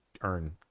earn